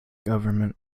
government